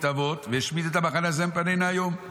אבות והשמיד את המחנה הזה מפנינו היום.